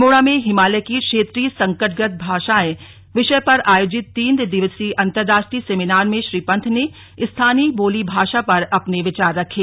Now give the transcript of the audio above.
अल्मोड़ा में हिमालय की क्षेत्रीय संकटग्रस्त भाषाएं विषय पर आयोजित तीन दिवसीय अंतरराष्ट्रीय सेमिनार में श्री पंत ने स्थानीय बोली भाषा पर अपने विचार रखे